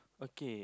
okay